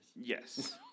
Yes